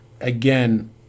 again